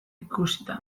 ikusita